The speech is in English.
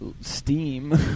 steam